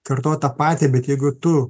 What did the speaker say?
kartot tą patį bet jeigu tu